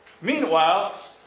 Meanwhile